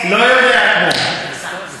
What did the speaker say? לא יודע "כמו", את זה